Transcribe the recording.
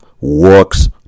works